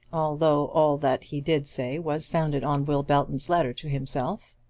although all that he did say was founded on will belton's letter to himself.